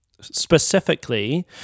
Specifically